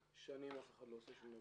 שנים אף אחד לא עושה דבר.